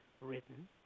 written